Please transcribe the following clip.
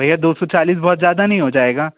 भैया दौ सौ चालीस बहुत ज़्यादा नहीं हो जाएगा